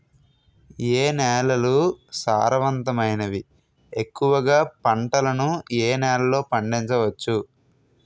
ఏ నేలలు సారవంతమైనవి? ఎక్కువ గా పంటలను ఏ నేలల్లో పండించ వచ్చు?